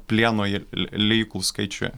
plieno liejikų skaičiui